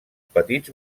petits